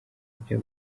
ibyo